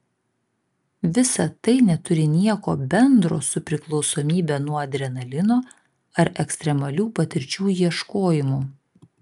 visa tai neturi nieko bendro su priklausomybe nuo adrenalino ar ekstremalių patirčių ieškojimu